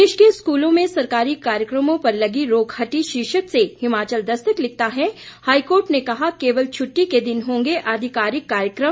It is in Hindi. प्रदेश के स्कूलों में सरकारी कार्यक्रमों पर लगी रोक हटी शीर्षक से हिमाचल दस्तक लिखता है हाईकोर्ट ने कहा केवल छुट्टी के दिन होंगे आधिकारिक कार्यक्रम